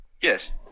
Yes